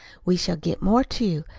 we shall get more, too.